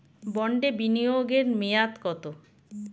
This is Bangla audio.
বন্ডে বিনিয়োগ এর মেয়াদ কত?